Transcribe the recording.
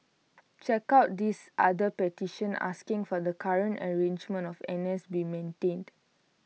check out this other petition asking for the current arrangement of N S be maintained